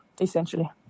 essentially